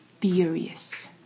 furious